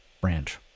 branch